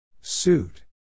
Suit